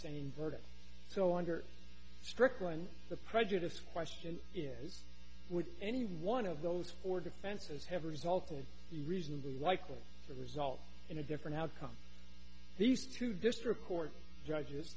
insane verdict so under strickland the prejudiced question is would any one of those four defenses have resulted in reasonably likely to result in a different outcome these two district court judges